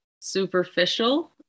Superficial